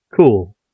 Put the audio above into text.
Cool